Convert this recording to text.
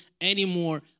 anymore